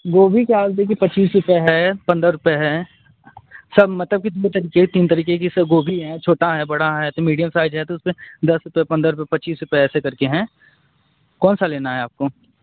गोभी का देखिए पच्चीस रुपए है पंद्रह रुपए है सब मतलब की दो तरीके तीन तरीके की गोभी है छोटा है बड़ा है मीडियम साइज है तो उस पर दस रुपए पंद्रह रुपए पच्चीस रुपए ऐसे करके हैं कौन सा लेना है आपको